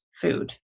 food